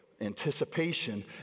anticipation